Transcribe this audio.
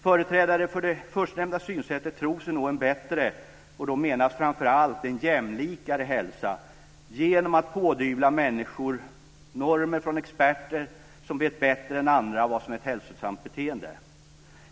Företrädare för det förstnämnda synsättet tror sig nå en bättre - då menas framför allt en jämlikare - hälsa genom att pådyvla människor normer från experter som vet bättre än andra vad som är ett hälsosamt beteende.